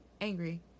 angry